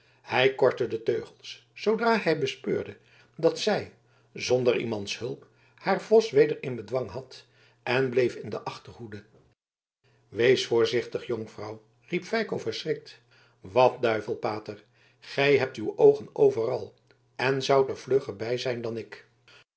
hij kortte de teugels zoodra hij bespeurde dat zij zonder iemands hulp haar vos weder in bedwang had en bleef in de achterhoede wees voorzichtig jonkvrouw riep feiko verschrikt wat duivel pater gij hebt uw oogen overal en zoudt er vlugger bij zijn dan ik